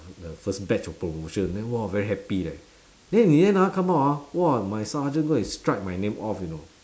the first batch of promotion then !wah! very happy leh then in the end ah come out ah !wah! my sergeant go and strike my name off you know